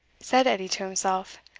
said edie to himself,